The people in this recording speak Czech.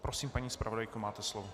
Prosím, paní zpravodajko, máte slovo.